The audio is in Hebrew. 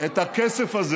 סינגפור, את הכסף הזה